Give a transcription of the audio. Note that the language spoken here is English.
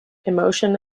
emotion